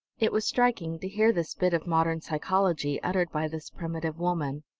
it was striking, to hear this bit of modern psychology uttered by this primitive woman.